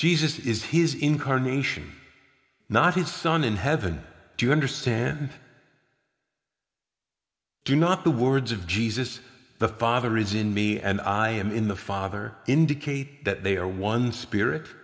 jesus is his incarnation not his son in heaven do you understand do not the words of jesus the father is in me and i am in the father indicate that they are one spirit